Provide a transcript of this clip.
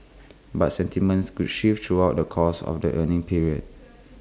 but sentiments could shift throughout the course of the earnings period